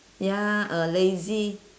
ya uh lazy